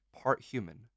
part-human